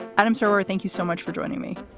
adam silver, thank you so much for joining me.